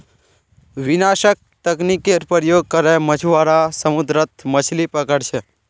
विनाशक तकनीकेर प्रयोग करे मछुआरा समुद्रत मछलि पकड़ छे